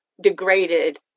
degraded